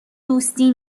دوستی